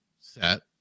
set